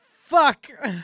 fuck